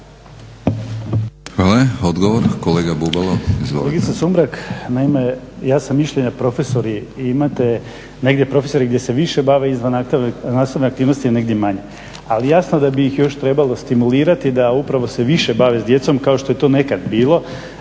Hvala. Odgovor, kolega Bubalo. Izvolite.